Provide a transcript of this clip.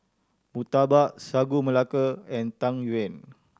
murtabak Sagu Melaka and Tang Yuen